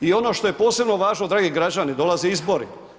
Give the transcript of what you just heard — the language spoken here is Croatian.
I ono što je posebno važno, dragi građani, dolaze izbori.